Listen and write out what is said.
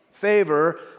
Favor